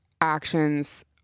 actions